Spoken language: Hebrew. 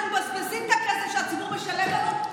אנחנו מבזבזים את הכסף שהציבור משלם לנו,